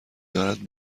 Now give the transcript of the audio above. دارد